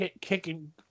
kicking